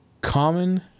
common